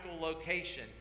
location